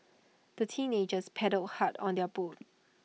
the teenagers paddled hard on their boat